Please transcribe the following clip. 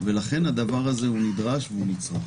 ולכן הדבר הזה הוא נדרש והוא נצרך.